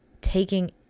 taking